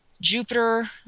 Jupiter